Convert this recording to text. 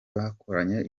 bakoranye